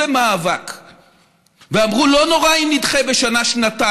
למאבק ואמרו: לא נורא אם נדחה בשנה-שנתיים.